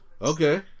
Okay